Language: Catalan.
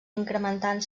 incrementant